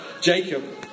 Jacob